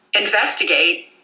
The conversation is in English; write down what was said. investigate